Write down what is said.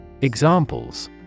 Examples